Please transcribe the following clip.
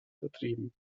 vertrieben